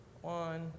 One